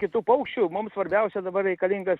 kitų paukščių mum svarbiausia dabar reikalingas